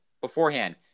beforehand